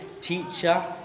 teacher